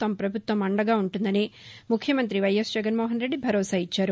తమ పభుత్వం అండగా ఉంటుందని ముఖ్యమంతి వైఎస్ జగన్మోహన్ రెడ్డి భరోసా ఇచ్చారు